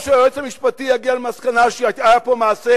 או שהיועץ המשפטי יגיע למסקנה שהיה פה מעשה